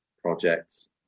projects